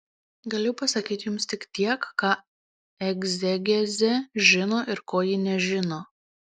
galiu pasakyti jums tik tiek ką egzegezė žino ir ko ji nežino